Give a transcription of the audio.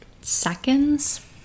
seconds